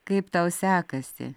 kaip tau sekasi